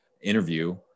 interview